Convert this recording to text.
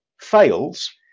fails